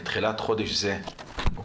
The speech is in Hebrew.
מתחילת חודש אוקטובר